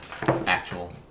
actual